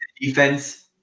Defense